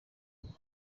undi